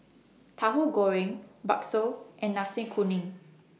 Tahu Goreng Bakso and Nasi Kuning